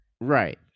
right